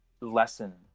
lesson